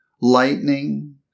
lightning